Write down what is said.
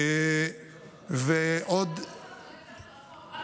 אדוני השר,